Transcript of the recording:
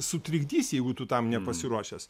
sutrikdys jeigu tu tam nepasiruošęs